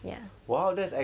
ya